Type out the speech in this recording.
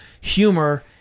Humor